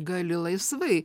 gali laisvai